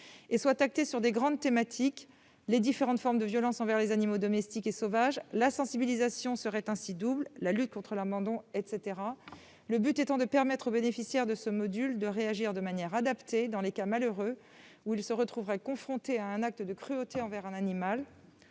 soit axé sur de grandes thématiques : les différentes formes de violences envers les animaux domestiques et sauvages- la sensibilisation serait ainsi double -, la lutte contre l'abandon, etc. Le but est de permettre aux bénéficiaires de ce module de réagir de manière adaptée dans le cas malheureux où ils se trouveraient confrontés à un acte de cruauté envers un animal.